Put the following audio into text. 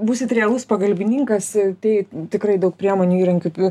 būsite realus pagalbininkas tai tikrai daug priemonių įrankių